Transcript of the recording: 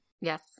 Yes